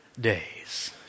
days